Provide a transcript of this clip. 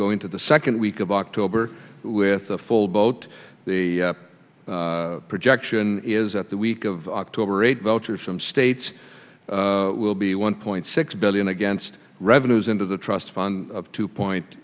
go into the second week of october with a full boat the projection is that the week of october eighth voters from states will be one point six billion against revenues into the trust fund two point